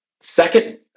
second